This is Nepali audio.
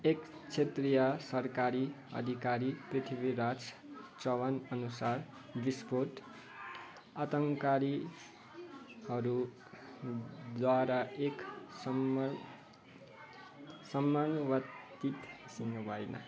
एक क्षेत्रीय सरकारी अधिकारी पृथ्वीराज चौहानअनुसार विस्फोट आतङ्ककारीहरूद्वारा एक समन समन्वतिक सुन्नु भएन